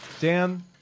Dan